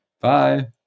Bye